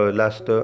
last